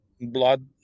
blood